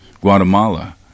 Guatemala